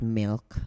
milk